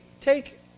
take